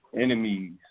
Enemies